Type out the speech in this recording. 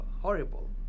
horrible